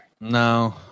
No